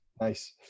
Nice